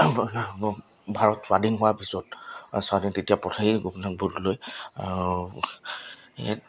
ভাৰত স্বাধীন হোৱাৰ পিছত স্বাধীন তেতিয়া পথাৰেই গোপীনাথ বৰদলৈ ইয়াত